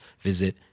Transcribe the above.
visit